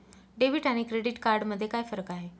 Debit आणि credit card मध्ये काय फरक आहे?